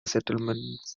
settlement